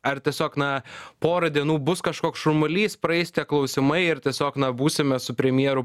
ar tiesiog na pora dienų bus kažkoks šurmulys praeis tie klausimai ir tiesiog na būsime su premjeru